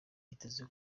byitezwe